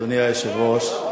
אדוני היושב-ראש,